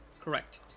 Correct